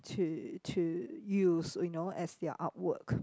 to to use you know as their artwork